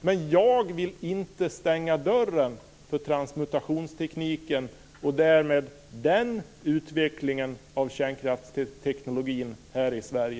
Men jag vill inte stänga dörren för transmutationstekniken och därmed den utvecklingen av kärnkraftsteknologin i Sverige.